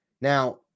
Now